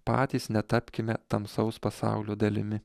patys netapkime tamsaus pasaulio dalimi